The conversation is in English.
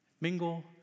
mingle